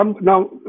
now